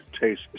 taste